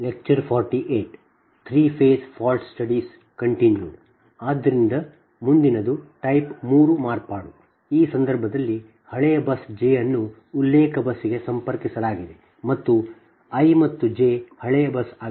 ಆದ್ದರಿಂದ ಮುಂದಿನದು ಟೈಪ್ 3 ಮಾರ್ಪಾಡು ಈ ಸಂದರ್ಭದಲ್ಲಿ ಹಳೆಯ ಬಸ್ j ಅನ್ನು ಉಲ್ಲೇಖ ಬಸ್ಗೆ ಸಂಪರ್ಕಿಸಲಾಗಿದೆ ಇದು i ಮತ್ತು j ಹಳೆಯ ಬಸ್ ಆಗಿದೆ